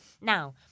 now